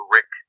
Rick